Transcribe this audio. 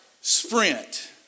sprint